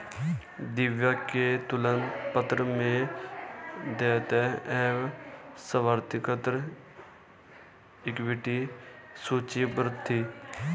दिव्या के तुलन पत्र में देयताएं एवं स्वाधिकृत इक्विटी सूचीबद्ध थी